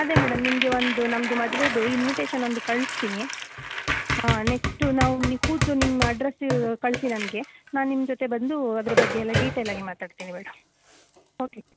ಅದೆ ಮೇಡಮ್ ನಿಮಗೆ ಒಂದು ನಮ್ಮದು ಮದುವೇದು ಇನ್ವಿಟೇಶನ್ ಒಂದು ಕಳಿಸ್ತೀನಿ ನೆಕ್ಸ್ಟು ನಾವು ನೀವು ಕೂತು ನಿಮ್ಮ ಅಡ್ರೆಸ್ ಕಳಿಸಿ ನಮಗೆ ನಾನು ನಿಮ್ಮ ಜೊತೆ ಬಂದು ಅದ್ರ ಬಗ್ಗೆ ಎಲ್ಲ ಡೀಟೇಲಾಗೆ ಮಾತಾಡ್ತೀನಿ ಮೇಡಮ್ ಓಕೆ